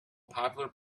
popular